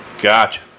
Gotcha